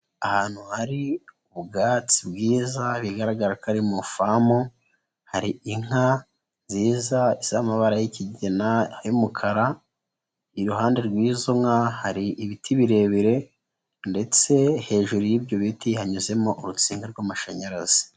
Ahantu hari ubwatsi bwiza bigaragara ko ari mu ifamu, hari inka nziza z'amabara y'ikigina, ay'umukara iruhande rw'izo nka hari ibiti birebire ndetse hejuru y'ibyo biti hanyuzemo urusinga rw'amashanyarazi.